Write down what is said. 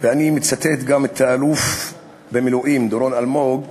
ואני מצטט גם את האלוף במילואים דורון אלמוג שאומר: